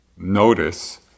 notice